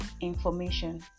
information